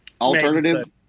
alternative